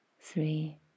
three